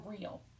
real